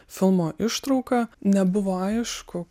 filmo ištrauka nebuvo aišku